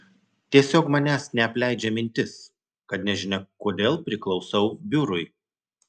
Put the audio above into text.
tiesiog manęs neapleidžia mintis kad nežinia kodėl priklausau biurui